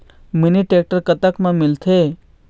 Mini tractor कतक म मिलथे?